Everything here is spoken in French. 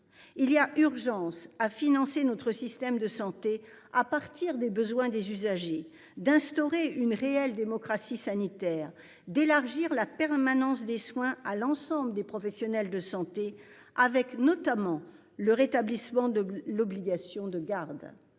Il y a urgence à financer notre système de santé à partir des besoins des usagers d'instaurer une réelle démocratie sanitaire d'élargir la permanence des soins à l'ensemble des professionnels de santé, avec notamment le rétablissement de l'obligation de garde.